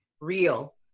real